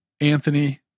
Anthony